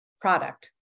product